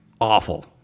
awful